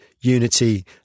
unity